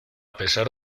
pesar